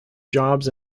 jobs